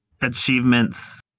achievements